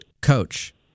Coach